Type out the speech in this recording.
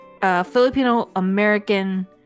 Filipino-American